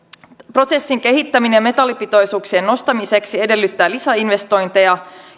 prosessin kehittäminen metallipitoisuuksien nostamiseksi edellyttää lisäinvestointeja